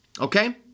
Okay